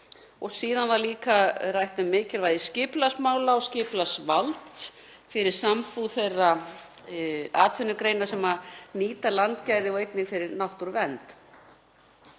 síðan var líka rætt um mikilvægi skipulagsmála og skipulagsvalds fyrir sambúð þeirra atvinnugreina sem nýta landgæði og einnig fyrir náttúruvernd.